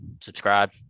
subscribe